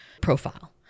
profile